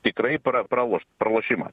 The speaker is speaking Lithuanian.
tikrai pra praloš pralošimas